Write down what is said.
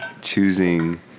choosing